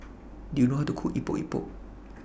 Do YOU know How to Cook Epok Epok